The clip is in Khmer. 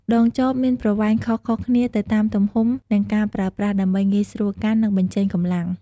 ដងចបមានប្រវែងខុសៗគ្នា ទៅតាមទំហំ និងការប្រើប្រាស់ ដើម្បីងាយស្រួលកាន់ និងបញ្ចេញកម្លាំង។